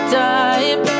time